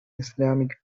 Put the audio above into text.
islamic